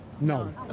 no